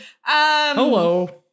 Hello